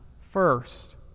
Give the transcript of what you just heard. first